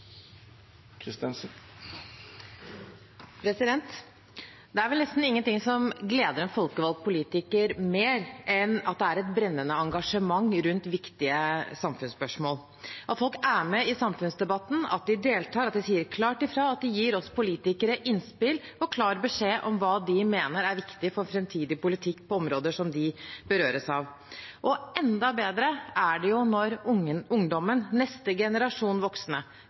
Det er vel nesten ingen ting som gleder en folkevalgt politiker mer enn at det er et brennende engasjement rundt viktige samfunnsspørsmål – at folk er med i samfunnsdebatten, at de deltar, at de sier klart ifra, at de gir oss politikere innspill og klar beskjed om hva de mener er viktig for framtidig politikk på områder som de berøres av. Enda bedre er det når ungdommen, neste generasjon voksne,